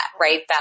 right